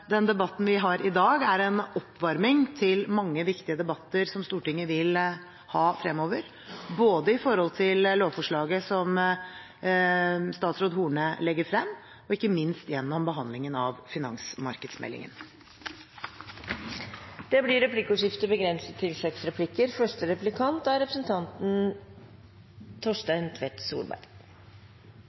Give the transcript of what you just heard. den debatten vi har i dag, er en oppvarming til mange viktige debatter som Stortinget vil ha fremover, både om lovforslaget som statsråd Horne legger frem, og ikke minst gjennom behandlingen av finansmarkedsmeldingen. Det blir replikkordskifte. Regjeringa virker som om den har våknet nå, etter tre år. Det er